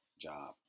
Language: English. job